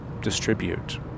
distribute